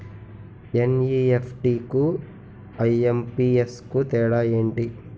NEFT కు IMPS కు తేడా ఎంటి?